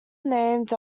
named